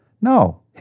No